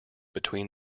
between